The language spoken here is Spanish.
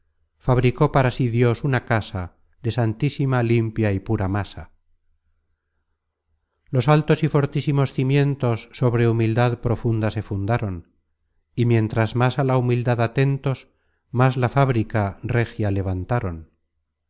fabricó para sí dios una casa de santísima limpia y pura masa los altos y fortísimos cimientos sobre humildad profunda se fundaron y miéntras más á la humildad atentos más la fábrica régia levantaron